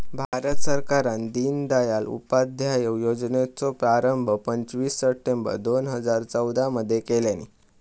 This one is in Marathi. भारत सरकारान दिनदयाल उपाध्याय योजनेचो प्रारंभ पंचवीस सप्टेंबर दोन हजार चौदा मध्ये केल्यानी